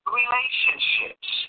relationships